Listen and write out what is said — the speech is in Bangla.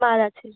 মাল আছে